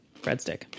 breadstick